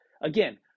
Again